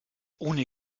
ohne